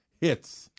hits